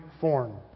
form